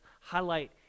highlight